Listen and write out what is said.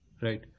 Right